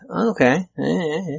Okay